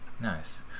nice